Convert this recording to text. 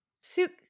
suit